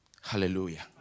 Hallelujah